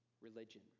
religion